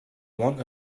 one